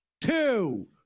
two